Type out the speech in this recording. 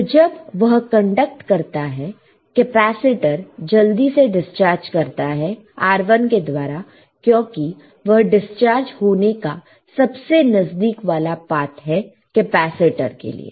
तो जब वह कंडक्ट करता है कैपेसिटर जल्दी से डिस्चार्ज करता है R1 के द्वारा क्योंकि वह डिस्चार्ज होने का सबसे नजदीक वाला पात है कैपेसिटर के लिए